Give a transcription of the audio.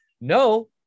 No